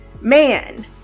man